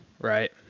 right